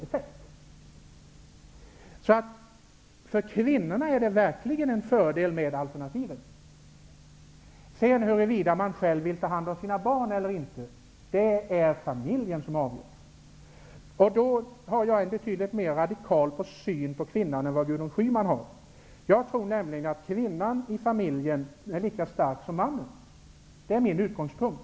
För kvinnorna är alternativen verkligen en fördel. Huruvida man själv vill ta hand om sina barn eller inte får familjen avgöra. Jag har därvid en betydligt mera radikal syn på kvinnan än vad Gudrun Schyman har. Jag tror nämligen att kvinnan i familjen är lika stark som mannen. Det är min utgångspunkt.